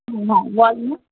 ह्म्म wall में